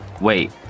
wait